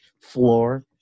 floor